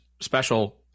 special